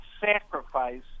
sacrifice